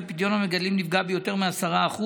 לכולנו יש נציגים שיש להם קשר עם משרד האוצר,